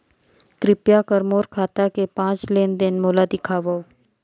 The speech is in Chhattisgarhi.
कृपया कर मोर खाता के पांच लेन देन मोला दिखावव